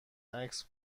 عکس